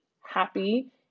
happy